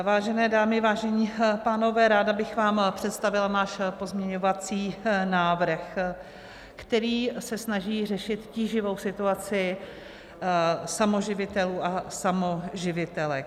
Vážené dámy, vážení pánové, ráda bych vám představila náš pozměňovací návrh, který se snaží řešit tíživou situaci samoživitelů a samoživitelek.